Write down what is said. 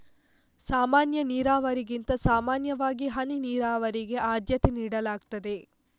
ಸಾಮಾನ್ಯ ನೀರಾವರಿಗಿಂತ ಸಾಮಾನ್ಯವಾಗಿ ಹನಿ ನೀರಾವರಿಗೆ ಆದ್ಯತೆ ನೀಡಲಾಗ್ತದೆ